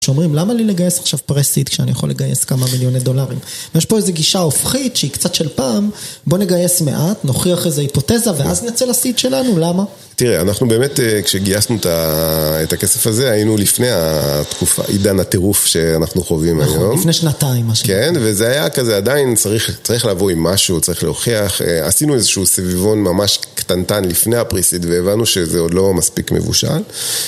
שאומרים למה לי לגייס עכשיו preseed כשאני יכול לגייס כמה מיליוני דולרים? ויש פה איזו גישה הופכית שהיא קצת של פעם, בוא נגייס מעט, נוכיח איזו היפותזה ואז נצא ל-seed שלנו, למה? תראה, אנחנו באמת כשגייסנו את הכסף הזה היינו לפני התקופה, עידן הטירוף שאנחנו חווים היום. נכון, לפני שנתיים... כן, וזה היה כזה עדיין צריך לבוא עם משהו, צריך להוכיח. עשינו איזשהו סביבון ממש קטנטן לפני ה-preseed והבנו שזה עוד לא מספיק מבושל.